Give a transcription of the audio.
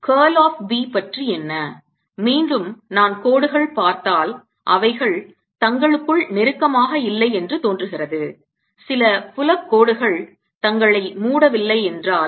Curl of B பற்றி என்ன மீண்டும் நான் கோடுகள் பார்த்தால் அவைகள் தங்களுக்குள் நெருக்கமாக இல்லை என்று தோன்றுகிறது சில புலக்கோடுகள் தங்களை மூடவில்லை என்றால்